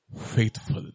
faithful